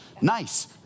nice